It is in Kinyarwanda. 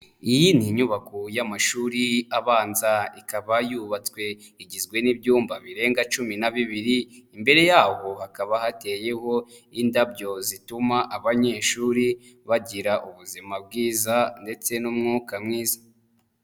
Iyi ni inyubako y'amashuri abanza, ikaba yubatswe, igizwe n'ibyumba birenga cumi na bibiri, imbere yaho hakaba hateyeho indabyo zituma abanyeshuri bagira ubuzima bwiza ndetse n'umwuka mwiza.